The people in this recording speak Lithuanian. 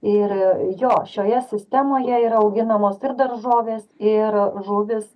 ir jo šioje sistemoje yra auginamos ir daržovės ir žuvys